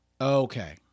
Okay